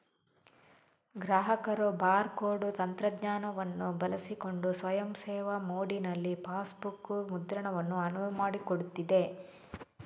ಗ್ರಾಹಕರು bar code ತಂತ್ರಜ್ಞಾನವನ್ನು ಬಳಸಿಕೊಂಡು ಸ್ವಯಂ ಸೇವಾ ಮೋಡಿನಲ್ಲಿ ಪಾಸ್ಬುಕ್ ಮುದ್ರಣವನ್ನು ಅನುವು ಮಾಡಿಕೊಡುತ್ತದೆ